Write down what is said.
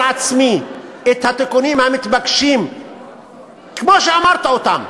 עצמי את התיקונים המתבקשים כמו שאמרת אותם,